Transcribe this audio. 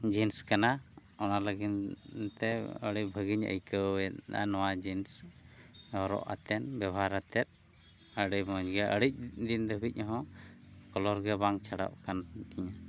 jeans ᱠᱟᱱᱟ ᱚᱱᱟ ᱞᱟᱹᱜᱤᱫ ᱛᱮ ᱟᱹᱰᱤ ᱵᱷᱟᱹᱜᱤᱧ ᱟᱹᱭᱠᱟᱹᱣᱮᱫᱟ ᱱᱚᱣᱟ ᱡᱤᱱᱥ ᱦᱚᱨᱚ ᱠᱟᱛᱮᱫ ᱵᱮᱵᱚᱦᱟᱨ ᱠᱟᱛᱮᱫ ᱟᱹᱰᱤ ᱢᱚᱡᱽ ᱜᱮᱭᱟ ᱟᱹᱰᱤ ᱫᱤᱱ ᱫᱷᱟᱹᱵᱤᱡ ᱦᱚᱸ ᱠᱟᱞᱟᱨ ᱜᱮ ᱵᱟᱝ ᱪᱷᱟᱰᱟᱜ ᱠᱟᱱ ᱛᱤᱧᱟ